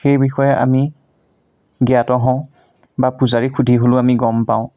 সেই বিষয়ে আমি জ্ঞাত হওঁ বা পূজাৰীক সুধি হ'লেও আমি গম পাওঁ